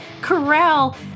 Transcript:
corral